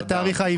מה התאריך העברי?